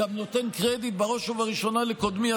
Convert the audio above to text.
גם נותן קרדיט בראש ובראשונה לקודמי,